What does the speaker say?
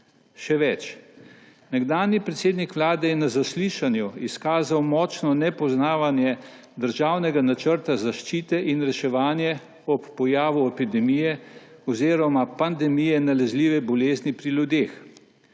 Še več. Nekdanji predsednik vlade je na zaslišanju izkazal močno nepoznavanje državnega načrta zaščite in reševanje ob pojavu epidemije oziroma pandemije nalezljive bolezni pri ljudeh.